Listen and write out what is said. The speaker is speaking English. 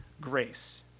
grace